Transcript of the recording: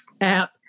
app